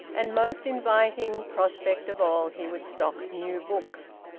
and, most inviting prospect of all, he would stock new books.